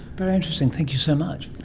very interesting, thank you so much.